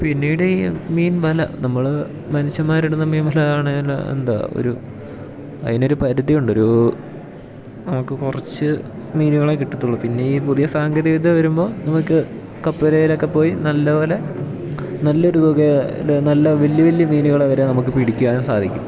പിന്നീട് ഈ മീൻ മല നമ്മൾ മനുഷ്യന്മാരിടുന്ന മീൻമലാണേല എന്താ ഒരു അതിനൊരു പരിധിയുണ്ട് ഒരു നമുക്ക് കുറച്ച് മീനുകളെ കിട്ടത്തുള്ളൂ പിന്നെ ഈ പുതിയ സാങ്കേതിക വിദ്യ വരുമ്പോൾ നമുക്ക് കപ്പലേലൊക്കെ പോയി നല്ല പോലെ നല്ലൊരു തുകയുടെ നല്ല വലിയ വലിയ മീനുകളെ വരെ നമുക്ക് പിടിക്കാൻ സാധിക്കും